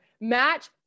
Match